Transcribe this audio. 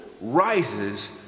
rises